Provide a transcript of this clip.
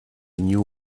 knew